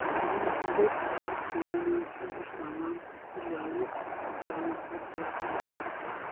شُوِنٛگ ہِنٛدیو تَمام شُعبٕو مَنٛز چھُ یہٕ سامان کِہ لِحاظہٕ ز سارِویو کھۄتہٕ زِیادٕ مُطالبہٕ کَران